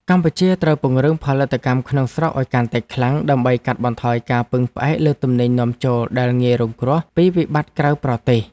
កម្ពុជាត្រូវពង្រឹងផលិតកម្មក្នុងស្រុកឱ្យកាន់តែខ្លាំង ដើម្បីកាត់បន្ថយការពឹងផ្អែកលើទំនិញនាំចូលដែលងាយរងគ្រោះពីវិបត្តិក្រៅប្រទេស។